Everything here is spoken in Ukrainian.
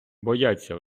бояться